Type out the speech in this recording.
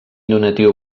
donatiu